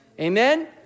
Amen